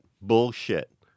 Bullshit